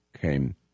came